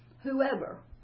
whoever